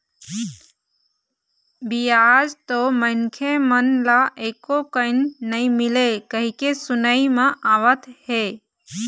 बियाज तो मनखे मन ल एको कन नइ मिलय कहिके सुनई म आवत हे